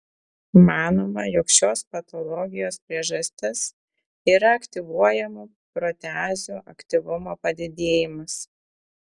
manoma jog šios patologijos priežastis yra aktyvuojamų proteazių aktyvumo padidėjimas